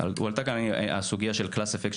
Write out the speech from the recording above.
הועלתה כאן הסוגיה של class effect,